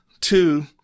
Two